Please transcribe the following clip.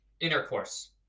intercourse